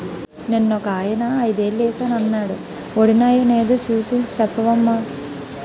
నిన్నొకాయన ఐదేలు ఏశానన్నాడు వొడినాయో నేదో సూసి సెప్పవమ్మా